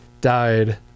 died